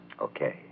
Okay